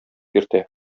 йөртә